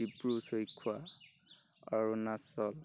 Dibru Saikhowa Arunachal